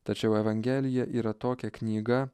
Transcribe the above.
tačiau evangelija yra tokia knyga